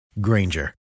Granger